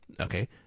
Okay